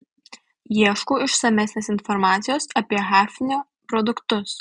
ieškau išsamesnės informacijos apie hafnio produktus